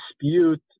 dispute